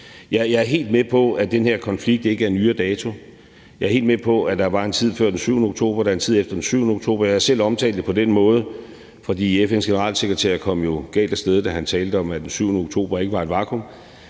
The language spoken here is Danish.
Jeg er helt med på, at den her konflikt ikke er af nyere dato. Jeg her helt med på, at der var en tid før den 7. oktober, og at der er en tid efter den 7. oktober. Jeg har selv omtalt det – FN's generalsekretær kom jo galt af sted, da han talte om, at den 7. oktober ikke var et vakuum